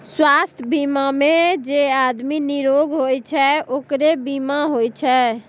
स्वास्थ बीमा मे जे आदमी निरोग होय छै ओकरे बीमा होय छै